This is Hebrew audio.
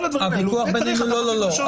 כל הדברים האלו, לזה צריך התאמות נדרשות.